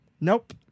Nope